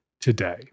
today